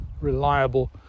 reliable